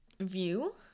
View